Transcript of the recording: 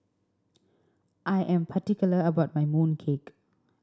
I am particular about my mooncake